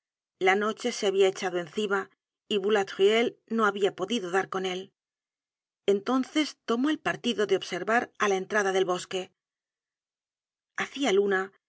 la noche se habia echado encima y boulatruelle no habia podido dar con él entonces tomó el partido de observar á la entrada del bosque hacia luna y